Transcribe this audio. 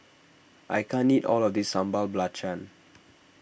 I can't eat all of this Sambal Belacan